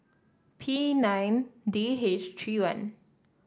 P nine D H three one